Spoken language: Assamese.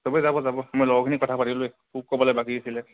চবেই যাব যাব মই লগৰখিনি কথা পাতিলোঁৱেই তোক ক'বলৈ বাকী আছিল